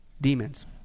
demons